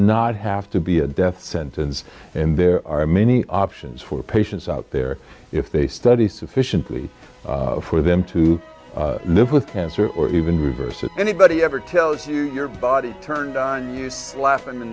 not have to be a death sentence and there are many options for patients out there if they study sufficiently for them to live with cancer or even reverse if anybody ever tells you your body turned on you sla